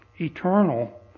eternal